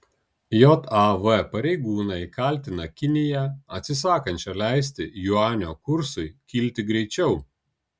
jav pareigūnai kaltina kiniją atsisakančią leisti juanio kursui kilti greičiau